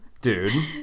dude